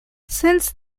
since